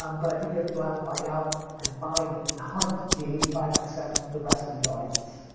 um but i think you have to go out and find out, and find and hunt the eighty five percent of the rest of the audience.